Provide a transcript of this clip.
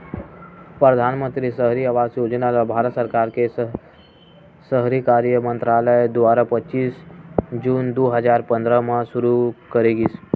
परधानमंतरी सहरी आवास योजना ल भारत सरकार के सहरी कार्य मंतरालय दुवारा पच्चीस जून दू हजार पंद्रह म सुरू करे गिस